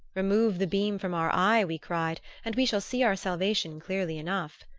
remove the beam from our eye, we cried, and we shall see our salvation clearly enough!